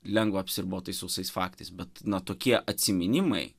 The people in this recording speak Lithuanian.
lengva apsiribot tais sausais faktais bet na tokie atsiminimai